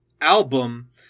album